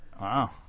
Wow